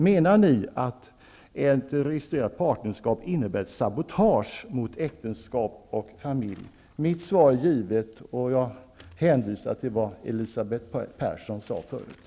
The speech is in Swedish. Menar ni att ett registrerat partnerskap innebär ett sabotage mot äktenskap och familj? Mitt svar är givet, och jag hänvisar till det Elisabeth